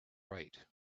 right